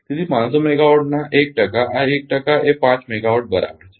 તેથી 500 મેગાવાટના આ 1 ટકા આ 1 ટકા એ 5 મેગાવાટ બરાબર છે